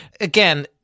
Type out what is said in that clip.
Again